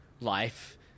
life